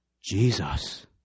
Jesus